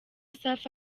safi